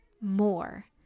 more